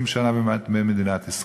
70 שנה במדינת ישראל.